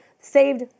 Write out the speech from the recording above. Saved